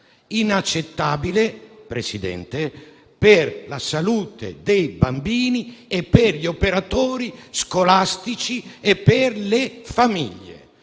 inaccettabile, signor Presidente, per la salute dei bambini, per gli operatori scolastici e per le famiglie.